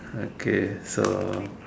okay so